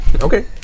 Okay